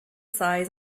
size